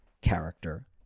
character